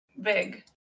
big